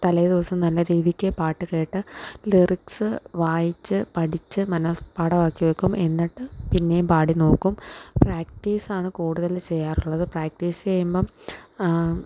തലേ ദിവസം തന്നെ രീതിക്കു പാട്ട് കേട്ട് ലിറിക്സ് വായിച്ചു പഠിച്ചു മനഃപാഠമാക്കി വെക്കും എന്നിട്ട് പിന്നെയും പാടി നോക്കും പ്രാക്ടീസാണ് കൂടുതൽ ചെയ്യാറുള്ളത് പ്രാക്ടീസ് ചെയ്യുമ്പം